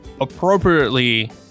appropriately